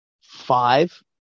five